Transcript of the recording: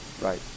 right